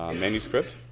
manuscript,